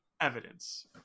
evidence